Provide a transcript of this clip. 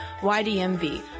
YDMV